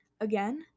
Again